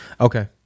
Okay